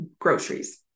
groceries